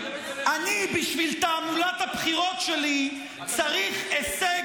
בשביל תעמולת הבחירות שלי אני צריך "הישג"